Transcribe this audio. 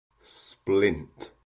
Splint